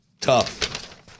Tough